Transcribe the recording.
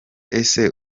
ese